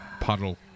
puddle